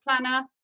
planner